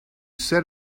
said